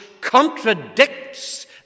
contradicts